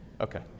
Okay